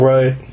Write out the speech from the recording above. Right